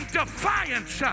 defiance